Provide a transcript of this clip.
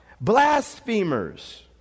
Blasphemers